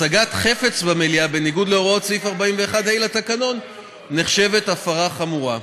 הצגת חפץ במליאה בניגוד להוראות סעיף 41(ה) לתקנון נחשבת הפרה חמורה.